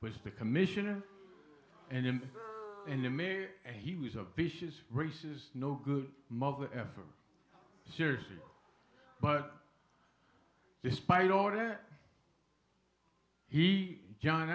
was the commissioner and in the main he was a vicious racist no good mother ever seriously but despite all that he john